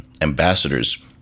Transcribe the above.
Ambassadors